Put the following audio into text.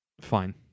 Fine